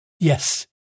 Yes